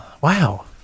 wow